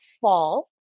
fall